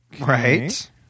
Right